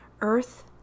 earth